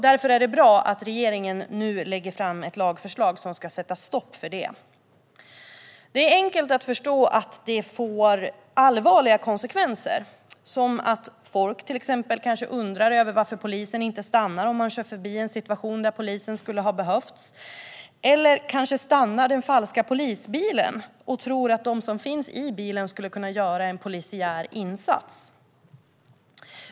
Därför är det bra att regeringen nu lägger fram ett lagförslag som ska sätta stopp för detta. Det är lätt att förstå att detta får allvarliga konsekvenser. Till exempel kan folk undra varför polisen inte stannar om man kör förbi en situation där polisen skulle ha behövts. Någon kanske stannar den falska polisbilen i tron att de som sitter i bilen skulle kunna göra en polisiär insats.